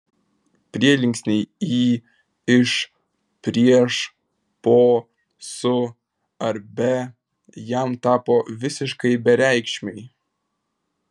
prielinksniai į iš prieš po su ar be jam tapo visiškai bereikšmiai